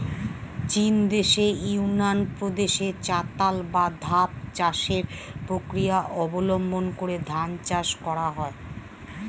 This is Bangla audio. চীনদেশের ইউনান প্রদেশে চাতাল বা ধাপ চাষের প্রক্রিয়া অবলম্বন করে ধান চাষ করা হয়